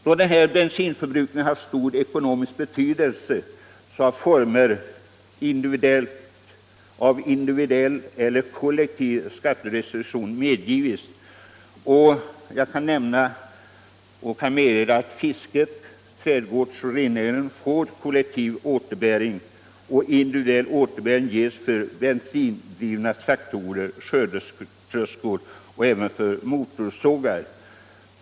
Då denna bensinförbrukning har stor ekonomisk betydelse har vissa former av individuell eller kollektiv skatterestitution medgivits. Jag kan meddela att fisket, trädgårds och rennäringen får kollektiv återbäring, och individuell återbäring ges för bensindrivna traktorer och skördetröskor och även för motorsågar.